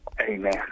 Amen